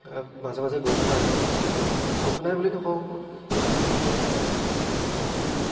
মাজে মাজে গৈ থকা হয় সঘনাই বুলি নকওঁ মাজে মাজে